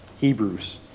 Hebrews